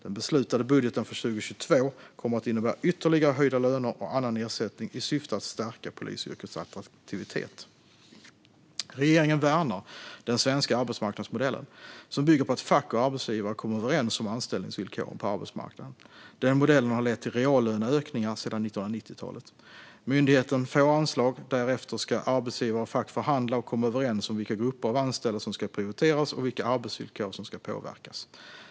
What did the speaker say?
Den beslutade budgeten för 2022 kommer att innebära ytterligare höjda löner och annan ersättning i syfte att stärka polisyrkets attraktivitet. Regeringen värnar den svenska arbetsmarknadsmodellen, som bygger på att fack och arbetsgivare kommer överens om anställningsvillkoren på arbetsmarknaden. Den modellen har lett till reallöneökningar sedan 1990-talet. Myndigheten får anslag, därefter ska arbetsgivare och fack förhandla och komma överens om vilka grupper av anställda som ska prioriteras och vilka arbetsvillkor som ska påverkas.